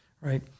right